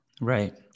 right